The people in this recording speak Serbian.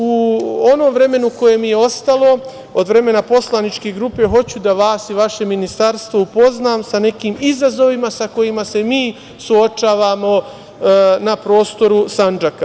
U onom vremenu u kojem je ostalo, od vremena poslaničke grupe hoću da vas i vaše Ministarstvo upoznam sa nekim izazovima sa kojima se mi suočavamo na prostoru Sandžaka.